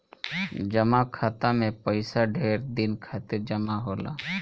जमा खाता मे पइसा ढेर दिन खातिर जमा होला